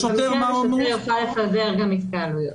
אז השוטר יוכל לפזר גם התקהלויות.